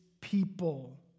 people